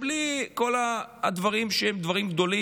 ובלי כל הדברים שהם דברים גדולים,